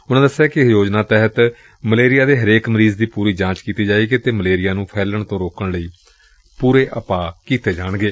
ਉਨ੍ਨਾਂ ਦਸਿਆ ਕਿ ਇਸ ਯੋਜਨਾ ਤਹਿਤ ਮਲੇਰੀਆ ਦੇ ਹਰੇਕ ਮਰੀਜ਼ ਦੀ ਪੁਰੀ ਜਾਂਚ ਕੀਤੀ ਜਾਏਗੀ ਅਤੇ ਮਲੇਰੀਆ ਨੂੰ ਫੈਲਣ ਤੋਂ ਰੋਕਣ ਲਈ ਉਪਾਅ ਕੀਤੇ ਜਾਣਗੇ